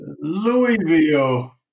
Louisville